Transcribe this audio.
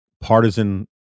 partisan